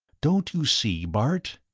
don't you see, bart?